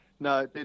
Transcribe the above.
No